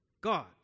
God